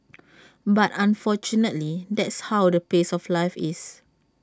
but unfortunately that's how the pace of life is